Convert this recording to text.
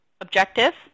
objective